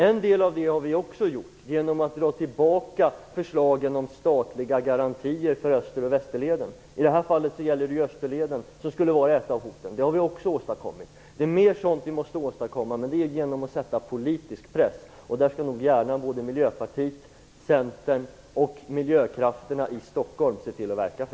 En del av det har vi också gjort genom att dra tillbaka förslagen om statliga garantier för Öster och Västerleden. I det här fallet gäller det Österleden - den skulle vara ett av hoten. Det har vi också åstadkommit. Det är mera sådant vi måste åstadkomma, och det gör man genom politisk press. Det bör såväl Miljöpartiet som Centern och miljökrafterna i Stockholm se till att verka för.